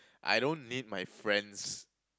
I don't need my friends